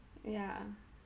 ya